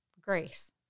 grace